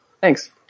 Thanks